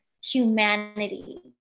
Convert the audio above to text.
humanity